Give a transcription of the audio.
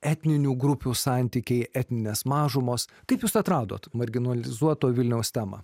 etninių grupių santykiai etninės mažumos kaip jūs atradot marginalizuoto vilniaus temą